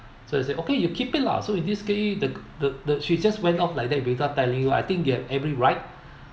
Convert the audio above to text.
so he said okay you keep it lah so in this case the the the she just went off like that without telling you I think you have every right